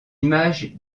images